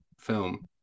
film